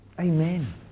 Amen